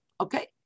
okay